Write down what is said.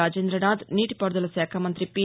రాజేంద్రనాథ్ నీటిపారుదల శాఖ మంతి పి